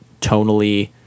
tonally